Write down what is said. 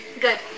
Good